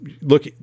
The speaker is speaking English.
look